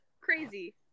crazy